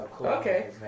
Okay